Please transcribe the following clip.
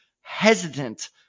hesitant